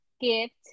gift